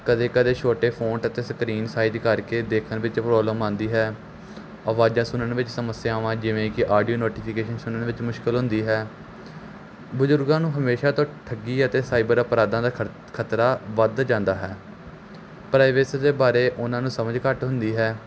ਕਦੇ ਕਦੇ ਛੋਟੇ ਫੋਨ ਟੱਚ ਸਕਰੀਨ ਸਾਈਜ਼ ਕਰਕੇ ਦੇਖਣ ਵਿੱਚ ਪ੍ਰੋਬਲਮ ਆਉਂਦੀ ਹੈ ਆਵਾਜ਼ਾਂ ਸੁਣਨ ਵਿੱਚ ਸਮੱਸਿਆਵਾਂ ਜਿਵੇਂ ਕਿ ਆਡੀਓ ਨੋਟੀਫਿਕੇਸ਼ਨ ਸੁਣਨ ਵਿੱਚ ਮੁਸ਼ਕਿਲ ਹੁੰਦੀ ਹੈ ਬਜ਼ੁਰਗਾਂ ਨੂੰ ਹਮੇਸ਼ਾ ਤੋਂ ਠੱਗੀ ਅਤੇ ਸਾਈਬਰ ਅਪਰਾਧਾਂ ਦਾ ਖਰਤ ਖ਼ਤਰਾ ਵੱਧ ਜਾਂਦਾ ਹੈ ਪ੍ਰਾਈਵੇਸੀ ਦੇ ਬਾਰੇ ਉਹਨਾਂ ਨੂੰ ਸਮਝ ਘੱਟ ਹੁੰਦੀ ਹੈ